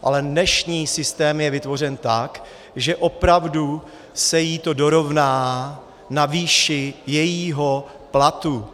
Ale dnešní systém je vytvořen tak, že opravdu se jí to dorovná na výši jejího platu.